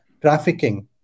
trafficking